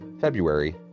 February